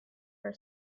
for